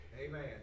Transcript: Amen